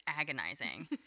agonizing